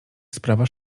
sprawa